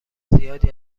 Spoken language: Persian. زیادی